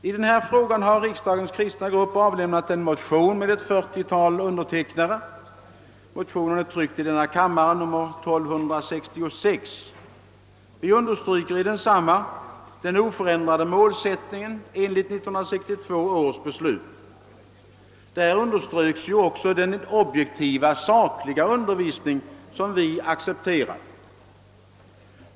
I denna fråga har riksdagens kristna grupp avgivit ett par likalydande motioner, nr 1:993 och II: 1266, med ett 30-tal undertecknare. Vi understryker där att målsättningen enligt 1962 års beslut är oförändrad. Då poängterades ju också att vi accepterat en objektiv, saklig undervisning.